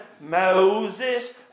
Moses